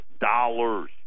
dollars